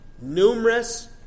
numerous